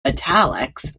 italics